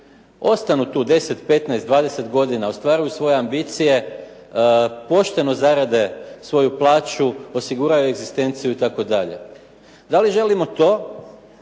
ostanu tu 10, 15, 20 godina, ostvaruju svoje ambicije, pošteno zarade svoju plaću, osiguraju egzistenciju itd.? Da li želimo to